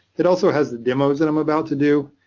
it also has the demos and i'm about to do,